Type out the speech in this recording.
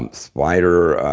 um spider.